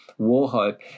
Warhope